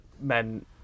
men